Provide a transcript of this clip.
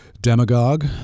demagogue